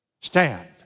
Stand